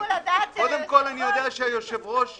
קודם כל, אני יודע שהיושב-ראש יכול,